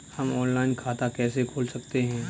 हम ऑनलाइन खाता कैसे खोल सकते हैं?